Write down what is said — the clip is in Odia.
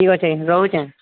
ଠିକ୍ ଅଛି ରହୁଛେ